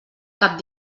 cap